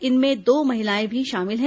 इनमें दो महिलाएं भी शामिल हैं